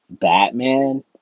batman